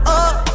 up